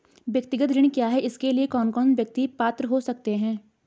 व्यक्तिगत ऋण क्या है इसके लिए कौन कौन व्यक्ति पात्र हो सकते हैं?